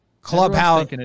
clubhouse